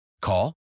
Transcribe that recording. Call